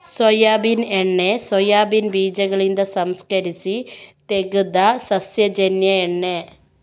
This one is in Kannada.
ಸೋಯಾಬೀನ್ ಎಣ್ಣೆ ಸೋಯಾಬೀನ್ ಬೀಜಗಳಿಂದ ಸಂಸ್ಕರಿಸಿ ತೆಗೆದ ಸಸ್ಯಜನ್ಯ ಎಣ್ಣೆ